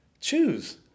Choose